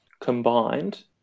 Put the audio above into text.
combined